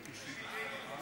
כשהיית על האנדרטה